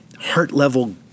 heart-level